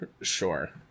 sure